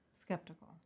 skeptical